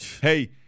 hey